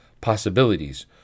possibilities